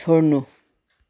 छोड्नु